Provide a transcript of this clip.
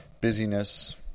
busyness